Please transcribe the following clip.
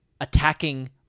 attacking